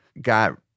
got